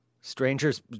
Strangers